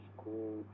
school